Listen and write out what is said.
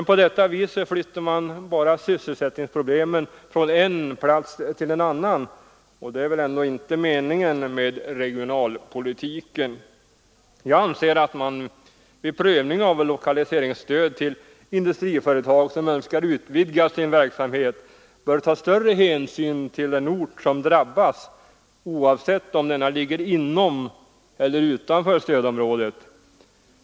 På detta vis flyttas bara sysselsättningsproblemen från en plats till en annan, och det är väl ändå inte meningen med regionalpolitiken. Jag anser att man vid prövning av lokaliseringsstöd till industriföretag som önskar utvidga sin verksamhet får ta större hänsyn till den ort som drabbas, oavsett om denna ligger inom eller utanför stödområdet.